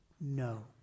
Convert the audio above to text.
No